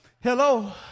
Hello